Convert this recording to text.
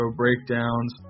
breakdowns